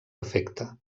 afecte